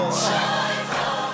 Joyful